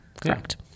Correct